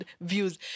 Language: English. views